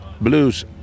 blues